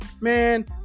man